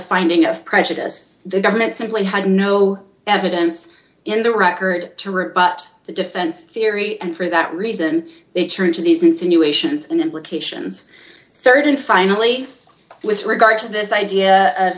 finding of prejudiced the government simply had no evidence in the record to rebut the defense theory and for that reason they treated these insinuations and implications rd and finally with regard to this idea of